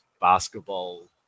basketball